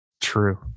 True